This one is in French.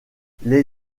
les